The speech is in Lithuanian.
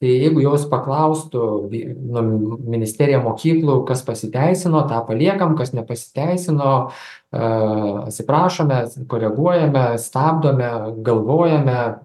tai jeigu jos paklaustų ministerija mokyklų kas pasiteisino tą paliekam kas nepasiteisino atsiprašome koreguojam stabdome galvojome